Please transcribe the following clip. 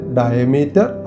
diameter